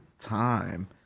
time